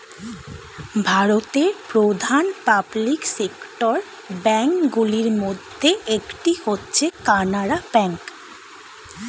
ভারতের প্রধান public sector bank গুলির মধ্যে একটি হচ্ছে কানারা ব্যাঙ্ক